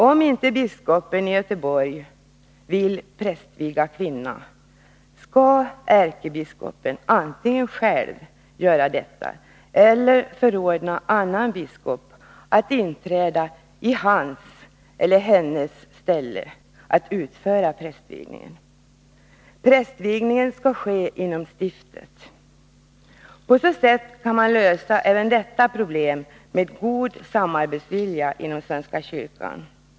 Om inte biskopen i Göteborg vill prästviga kvinna, skall ärkebiskopen antingen själv göra detta eller förordna annan biskop att inträda i hans eller hennes ställe att utföra prästvigningen. Prästvigningen skall ske inom stiftet. På så sätt kan man lösa även detta problem med god samarbetsvilja inom svenska kyrkan.